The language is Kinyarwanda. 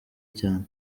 cyane